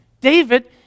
David